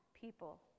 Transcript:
people